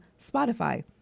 Spotify